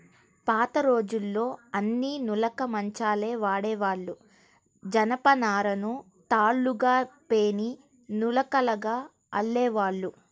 పాతరోజుల్లో అన్నీ నులక మంచాలే వాడేవాళ్ళు, జనపనారను తాళ్ళుగా పేని నులకగా అల్లేవాళ్ళు